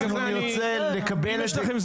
לכן אני רוצה לקבל את זה